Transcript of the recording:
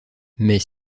mais